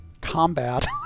combat